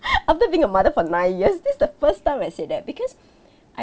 after being a mother for nine years this the first time I say that because I